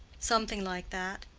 something like that.